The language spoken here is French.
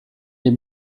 les